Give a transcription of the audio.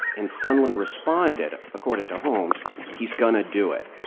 and sondland responded, according to holmes, he's going to do it.